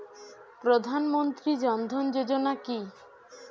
প্রধান মন্ত্রী জন ধন যোজনা কি?